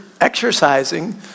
exercising